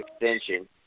extension